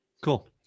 cool